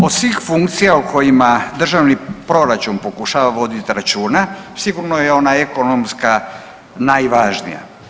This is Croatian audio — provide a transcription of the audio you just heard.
Od svih funkcija o kojima državni proračun pokušava voditi računa sigurno je ona ekonomska najvažnija.